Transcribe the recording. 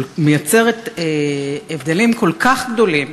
מייצרת הבדלים כל כך גדולים,